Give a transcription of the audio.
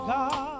God